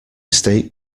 estate